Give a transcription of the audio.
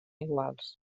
iguals